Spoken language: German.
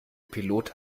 pilot